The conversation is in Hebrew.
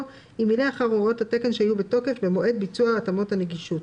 אם מילא אחר הוראות התקן שהיו בתוקף במועד ביצוע התאמת הנגישות,